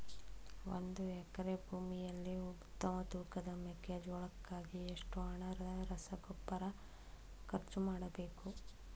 ಒಂದು ಎಕರೆ ಭೂಮಿಯಲ್ಲಿ ಉತ್ತಮ ತೂಕದ ಮೆಕ್ಕೆಜೋಳಕ್ಕಾಗಿ ಎಷ್ಟು ಹಣದ ರಸಗೊಬ್ಬರ ಖರ್ಚು ಮಾಡಬೇಕು?